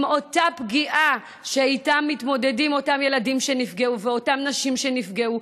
אותה פגיעה שאיתה מתמודדים אותם ילדים שנפגעו ואותן נשים שנפגעו.